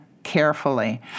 Carefully